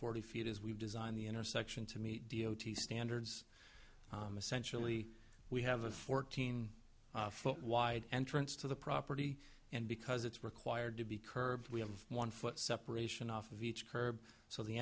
forty feet is we've designed the intersection to meet d o t standards essentially we have a fourteen foot wide entrance to the property and because it's required to be curved we have one foot separation off of each curb so the